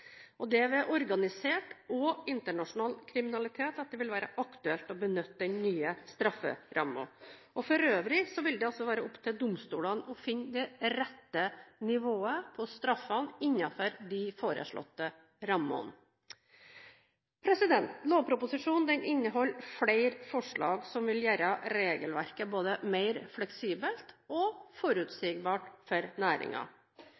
Det er ved organisert og internasjonal kriminalitet at det vil være aktuelt å benytte den nye strafferammen. For øvrig vil det være opp til domstolene å finne det rette nivået på straffene innenfor de foreslåtte rammene. Lovproposisjonen inneholder flere forslag som vil gjøre regelverket både mer fleksibelt og